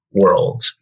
world